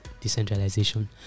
decentralization